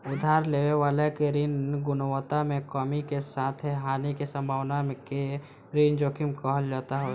उधार लेवे वाला के ऋण गुणवत्ता में कमी के साथे हानि के संभावना के ऋण जोखिम कहल जात हवे